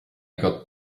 got